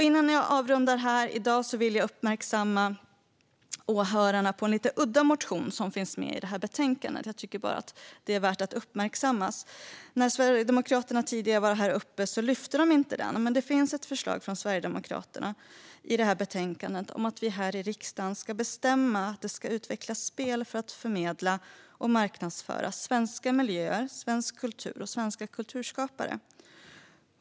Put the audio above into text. Innan jag avrundar vill jag uppmärksamma åhörarna på en lite udda motion som finns med i detta betänkande; jag tycker bara att den är värd att uppmärksamma. När Sverigedemokraterna tidigare var här i talarstolen tog man inte upp det, men i detta betänkande finns ett förslag från Sverigedemokraterna om att vi här i riksdagen ska bestämma att det ska utvecklas spel för att förmedla och marknadsföra svenska miljöer, svensk kultur och svenska kulturskapare.